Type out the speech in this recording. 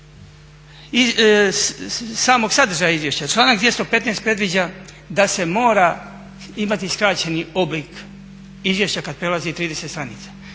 samog sadržaja izvješća, članak 215. predviđa da se mora imati skraćeni oblik izvješća kad prelazi 30 stranica.